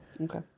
Okay